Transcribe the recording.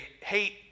hate